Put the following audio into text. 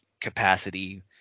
capacity